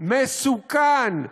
מסוכן,